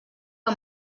que